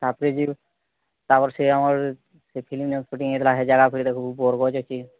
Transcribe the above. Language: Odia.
ତାପରେ ଜିରୋ ତାପରେ ସେ ଆମର୍ ସେ ଫିଲ୍ମ ନେ ସୁଟିଂ ହେଇଥିଲା ସେ ଯାଗା ଉପରେ ସବୁ ବରଫ ହେଇ ଯାଇଛି